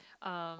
um